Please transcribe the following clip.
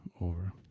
over